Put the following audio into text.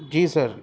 جی سر